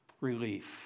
relief